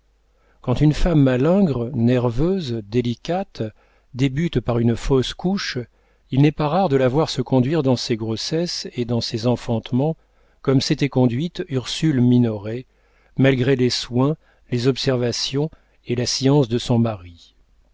quand une femme malingre nerveuse délicate débute par une fausse couche il n'est pas rare de la voir se conduire dans ses grossesses et dans ses enfantements comme s'était conduite ursule minoret malgré les soins les observations et la science de son mari